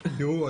תראו,